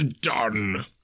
done